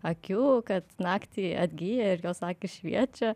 akių kad naktį atgyja ir jos akys šviečia